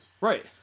Right